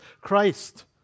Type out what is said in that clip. Christ